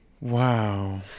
wow